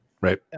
right